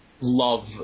love